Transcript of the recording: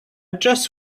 just